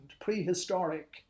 prehistoric